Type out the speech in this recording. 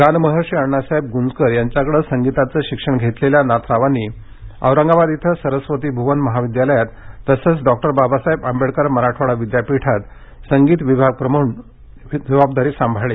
गानमहर्षी अण्णासाहेब गुंजकर यांच्याकडे संगीताचं शिक्षण घेतलेल्या नाथरावांनी औरंगाबाद इथं सरस्वती भूवन महाविद्यालयात तसंच डॉक्टर बाबासाहेब आंबेडकर मराठवाडा विद्यापीठात संगीत विभाग प्रमुख म्हणून जबाबदारी सांभाळली